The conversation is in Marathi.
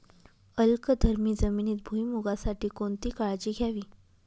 अल्कधर्मी जमिनीत भुईमूगासाठी कोणती काळजी घ्यावी?